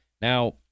Now